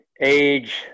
age